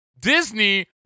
Disney